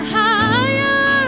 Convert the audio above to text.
higher